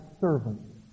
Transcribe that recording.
servant